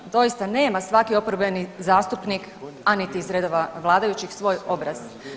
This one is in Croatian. Nema, doista nema svaki oporbenih zastupnik, a niti iz redova vladajućih, svoj obraz.